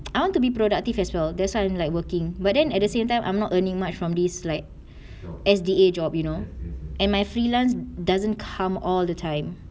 I want to be productive as well that's why I'm like working but then at the same time I'm not earning much from this like S_D_A job you know and my freelance doesn't come all the time